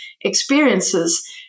experiences